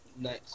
Nice